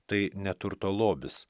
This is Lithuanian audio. tai neturto lobis